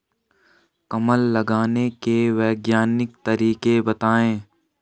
कमल लगाने के वैज्ञानिक तरीके बताएं?